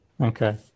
Okay